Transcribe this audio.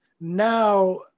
Now